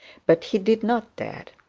but he did not dare.